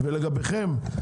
לגביכם,